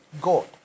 God